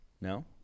No